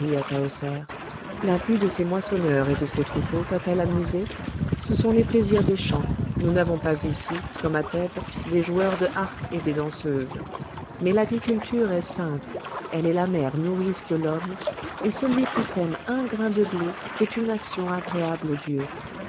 la vue de ces moissonneurs et de ces troupeaux t'a-t-elle amusée ce sont les plaisirs des champs nous n'avons pas ici comme à thèbes des joueurs de harpe et des danseuses mais l'agriculture est sainte elle est la mère nourrice de l'homme et celui qui sème un grain de blé fait une action agréable aux dieux